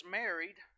married